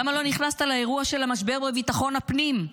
למה לא נכנסת לאירוע של המשבר בביטחון הפנים?